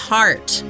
Heart